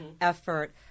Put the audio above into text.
effort